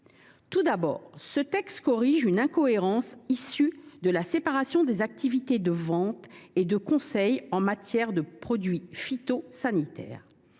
Tout d’abord, ce texte corrige une incohérence issue de la séparation des activités de vente et de conseil en matière de produits phytosanitaires.